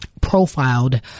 profiled